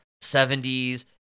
70s